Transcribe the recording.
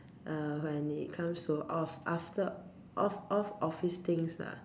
uh when it comes to off after off off office things lah